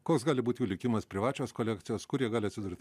koks gali būt jų likimas privačios kolekcijos kur jie gali atsidurti